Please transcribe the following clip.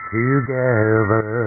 together